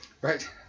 Right